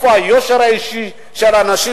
איפה היושר האישי של האנשים?